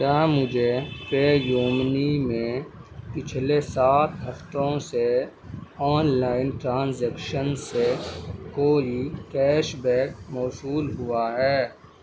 کیا مجھے PayUmoney میں پچھلے سات ہفتوں سے آن لائن ٹرانزیکشن سے کوئی کیش بیک موصول ہوا ہے